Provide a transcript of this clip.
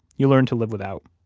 you learn to live without